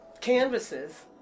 canvases